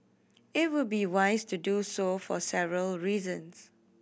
it would be wise to do so for several reasons